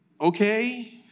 okay